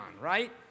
right